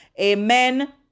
Amen